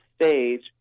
stage